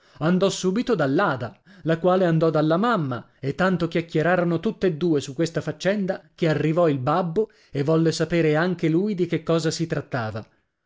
andò subito dall'ada la quale andò dalla mamma e tanto chiacchierarono tutt'e due su questa faccenda che arrivò il babbo e volle sapere anche lui di che cosa si trattava